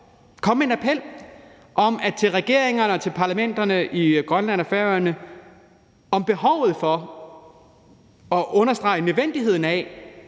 komme med en appel til regeringerne og parlamenterne i Grønland og Færøerne om behovet for at understrege nødvendigheden af,